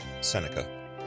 Seneca